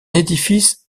édifice